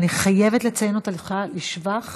אני חייבת לציין אותך לשבח